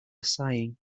sighing